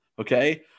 okay